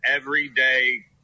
everyday